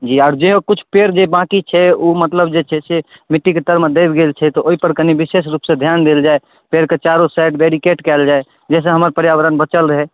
जी आओर जेहो किछु पेड़ जे बांँकी छै ओ मतलब जे छै से मिट्टी कऽ तरमे दबि गेल छै तऽ ओहि पर कनि विशेष रूपसँ ध्यान देल जाय पेड़ कऽ चारू साइड बेरीकेट कएल जाय जाहिसँ हमर पर्यावरण बचल रहै